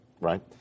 right